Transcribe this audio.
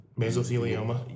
Mesothelioma